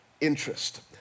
interest